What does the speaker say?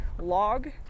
log